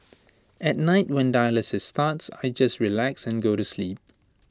at night when dialysis starts I just relax and go to sleep